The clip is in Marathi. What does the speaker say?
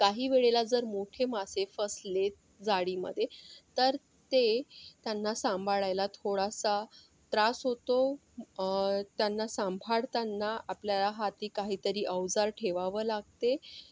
काही वेळेला जर मोठे मासे फसले जाळीमध्ये तर ते त्यांना सांभाळायला थोडासा त्रास होतो त्यांना सांभाळताना आपल्याला हाती काहीतरी अवजार ठेवावा लागते